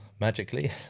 magically